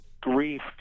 grief